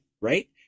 Right